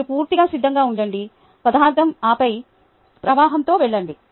మీరు పూర్తిగా సిద్ధంగా ఉండండి పదార్థం ఆపై ప్రవాహంతో వెళ్ళండి